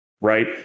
right